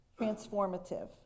transformative